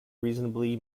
reasonably